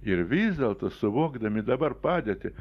ir vis dėlto suvokdami dabar padėtį